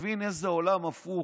תבין איזה עולם הפוך.